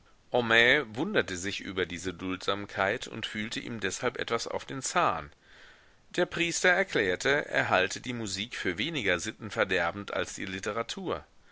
wunderte sich über diese duldsamkeit und fühlte ihm deshalb etwas auf den zahn der priester erklärte er halte die musik für weniger sittenverderbend als die literatur